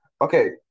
okay